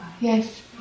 Yes